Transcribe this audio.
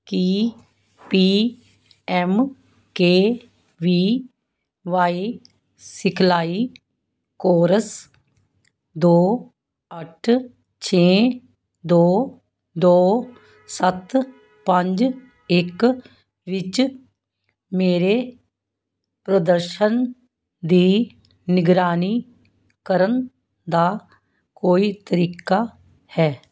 ਕੀ P M K V Y ਸਿਖਲਾਈ course ਦੋ ਅੱਠ ਛੇ ਦੋ ਦੋ ਸੱਤ ਪੰਜ ਇੱਕ ਵਿੱਚ ਮੇਰੇ ਪ੍ਰਦਰਸ਼ਨ ਦੀ ਨਿਗਰਾਨੀ ਕਰਨ ਦਾ ਕੋਈ ਤਰੀਕਾ ਹੈ